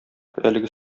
әлеге